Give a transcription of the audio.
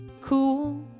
cool